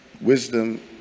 wisdom